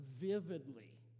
vividly